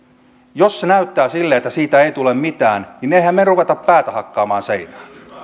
jos näyttää sille että siitä ei tule mitään niin emmehän me rupea päätä hakkaamaan seinään